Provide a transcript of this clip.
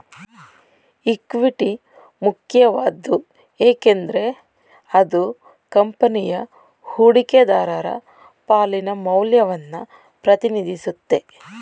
equity ಮುಖ್ಯವಾದ್ದು ಏಕೆಂದ್ರೆ ಅದು ಕಂಪನಿಯ ಹೂಡಿಕೆದಾರರ ಪಾಲಿನ ಮೌಲ್ಯವನ್ನ ಪ್ರತಿನಿಧಿಸುತ್ತೆ